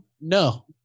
No